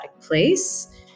place